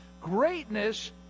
Greatness